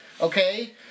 okay